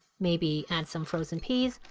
maybe and some frozen peas,